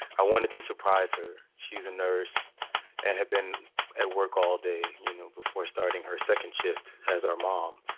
i wanted to surprise her. she's a nurse and had been at work all day, you know, before starting her second shift as our mom.